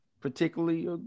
particularly